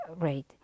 rate